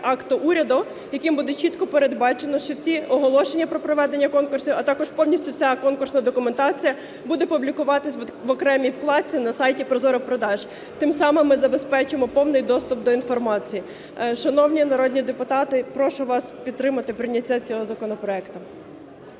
акта уряду, яким буде чітко передбачено, що всі оголошення про проведення конкурсів, а також повністю вся конкурсна документація буде публікуватись в окремій вкладці на сайті ProZorro.Продажі. Тим самим ми забезпечимо повний доступ до інформації. Шановні народні депутати, прошу вас підтримати прийняття цього законопроекту.